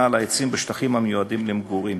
על העצים בשטחים המיועדים למגורים,